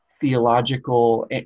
theological